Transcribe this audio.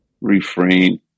refrain